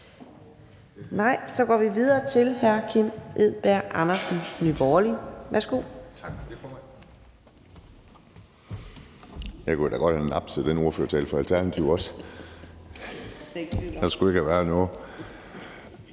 Nej. Så går vi videre til hr. Kim Edberg Andersen, Nye Borgerlige. Værsgo.